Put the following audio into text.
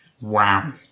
Wow